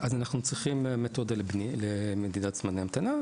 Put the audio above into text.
אז אנחנו צריכים מתודה למדידת זמני המתנה,